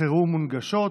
חירום מונגשות),